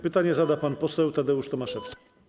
Pytanie zada pan poseł Tadeusz Tomaszewski.